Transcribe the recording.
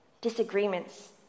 disagreements